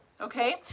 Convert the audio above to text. okay